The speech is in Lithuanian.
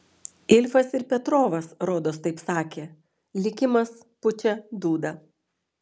ilfas ir petrovas rodos taip sakė likimas pučia dūdą